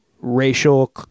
racial